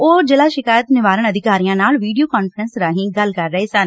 ਉਹ ਜ਼ਿਲਾ ਸ਼ਿਕਾਇਤ ਨਿਵਾਰਣ ਅਧਿਕਾਰੀਆਂ ਨਾਲ ਵੀਡੀਓ ਕਾਨਫਰੰਸ ਰਾਹੀਂ ਗੱਲ ਕਰ ਰਹੇ ਸਨ